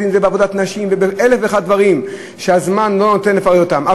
אם זה בעבודת נשים ובאלף ואחד דברים שהזמן לא נותן לפרט אותם.